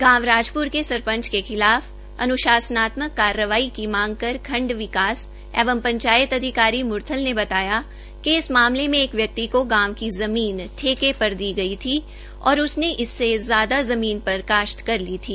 गांव राजप्र के सरपंच के खिलाफ अन्शासनात्मक कार्रवाई की मांग पर खंड विकास एंव पंचायत अधिकारी मुरथल ने बताया कि इस मामले में एक व्यक्ति को गांव की जमीन ठेके पर दी गई थी और उसने इससे ज्यादा जमीन पर काश्त कर ली थी